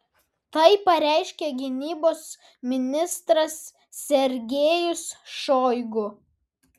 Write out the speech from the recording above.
tai pareiškė gynybos ministras sergejus šoigu